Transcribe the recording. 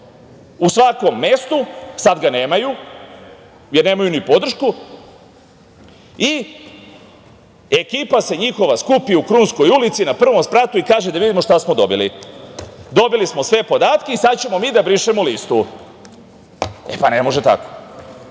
u svakom mestu, sad ga nemaju, jer nemaju ni podršku i ekipa se njihova skupi u Krunskoj ulici na prvom spratu i kažu, da vidimo šta smo dobili. Dobili smo sve podatke i sad ćemo mi da brišemo listu. E, pa ne može tako.